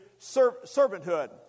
servanthood